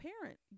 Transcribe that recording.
parent